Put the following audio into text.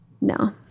No